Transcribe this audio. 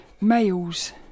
males